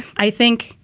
i think.